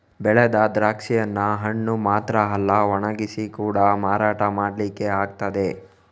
ಬೆಳೆದ ದ್ರಾಕ್ಷಿಯನ್ನ ಹಣ್ಣು ಮಾತ್ರ ಅಲ್ಲ ಒಣಗಿಸಿ ಕೂಡಾ ಮಾರಾಟ ಮಾಡ್ಲಿಕ್ಕೆ ಆಗ್ತದೆ